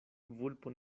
vulpo